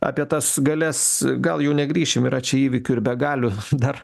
apie tas galias gal jau negrįšim yra čia įvykių ir be galių dar